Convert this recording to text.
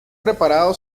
reparado